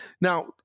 Now